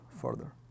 further